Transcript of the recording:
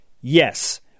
yes